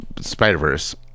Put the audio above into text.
spider-verse